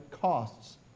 costs